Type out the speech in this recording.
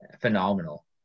phenomenal